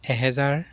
এহেজাৰ